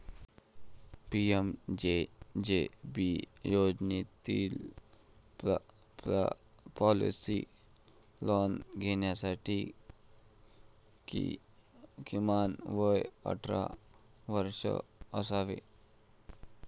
PMJJB योजनेतील policy plan घेण्यासाठी किमान वय अठरा वर्षे असावे